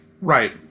Right